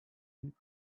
and